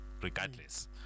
regardless